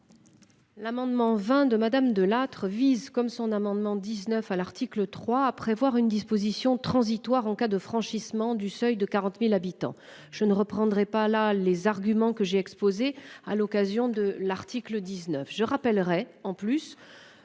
L'amendement 20 de madame De Lattre vise comme son amendement 19 à l'article 3 à prévoir une disposition transitoire en cas de franchissement du seuil de 40.000 habitants. Je ne reprendrai pas là les arguments que j'ai exposées à l'occasion de l'article 19 je rappellerai en plus.